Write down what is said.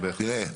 תראה,